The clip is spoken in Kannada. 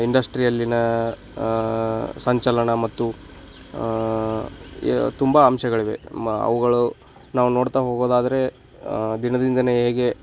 ಇಂಡಸ್ಟ್ರಿಯಲ್ಲಿನ ಸಂಚಲನ ಮತ್ತು ತುಂಬ ಅಂಶಗಳಿವೆ ಮ ಅವುಗಳು ನಾವು ನೋಡ್ತಾ ಹೋಗೋದಾದರೆ ದಿನದಿಂದ ದಿನ ಹೇಗೆ